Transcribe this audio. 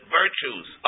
virtues